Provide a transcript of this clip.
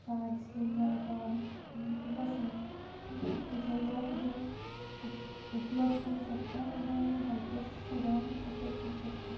cards Deen Dayal card खूब भशेन ताचे लोक खूद उपलब्ध करूं शकता इवन हेल्थ केस सुद्दां उपलब्ध करूं शकता